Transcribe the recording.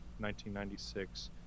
1996